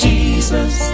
Jesus